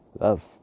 Love